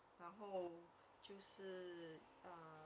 然后就是 ah